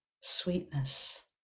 sweetness